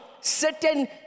certain